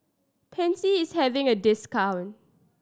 Pansy is having a discount